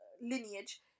Lineage